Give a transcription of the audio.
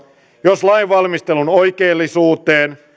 jos lainvalmistelun oikeellisuuteen